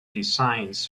designs